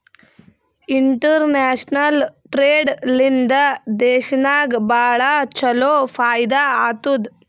international trade ಲಿಂದಾ ದೇಶನಾಗ್ ಭಾಳ ಛಲೋ ಫೈದಾ ಆತ್ತುದ್